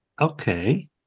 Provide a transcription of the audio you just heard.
Okay